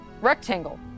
rectangle